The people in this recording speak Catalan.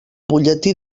butlletí